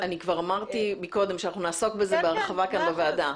כבר אמרתי קודם שאנחנו נעסוק בזה בהרחבה כאן בוועדה,